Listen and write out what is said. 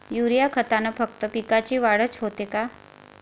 Urea खतानं फक्त पिकाची वाढच होते का?